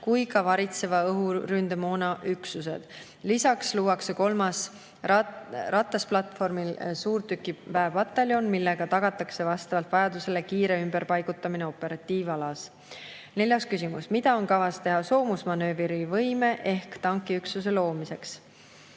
kui ka varitseva õhuründemoona üksused. Lisaks luuakse kolmas ratasplatvormil suurtükiväepataljon, millega tagatakse vastavalt vajadusele kiire ümberpaigutamine operatiivalas. Neljas küsimus: "Mida on kavas teha soomusmanöövrivõime ehk tankiüksuse loomiseks?"